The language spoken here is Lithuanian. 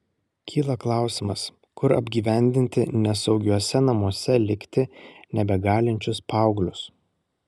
kyla klausimas kur apgyvendinti nesaugiuose namuose likti nebegalinčius paauglius